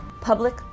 Public